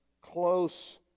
close